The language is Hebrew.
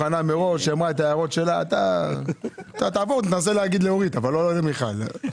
לראשונה זה חל גם על עובדי מועצות דתיות,